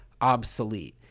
obsolete